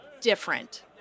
different